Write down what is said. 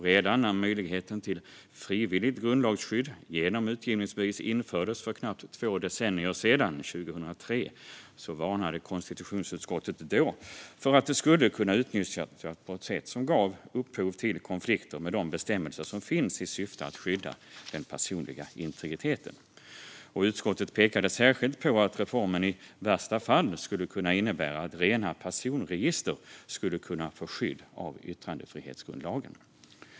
Redan när möjligheten till frivilligt grundlagsskydd genom utgivningsbevis infördes för knappt två decennier sedan, 2003, varnade konstitutionsutskottet för att det skulle kunna utnyttjas på ett sätt som ger upphov till konflikter med de bestämmelser som finns i syfte att skydda den personliga integriteten. Utskottet pekade särskilt på att reformen i värsta fall skulle kunna innebära att rena personregister skulle kunna få skydd av yttrandefrihetsgrundlagen.